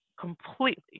completely